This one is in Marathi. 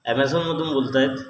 ॲमेझॉनमधून बोलतायत